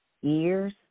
years